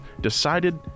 decided